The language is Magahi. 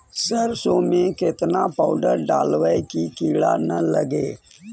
सरसों में केतना पाउडर डालबइ कि किड़ा न लगे?